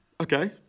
Okay